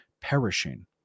perishing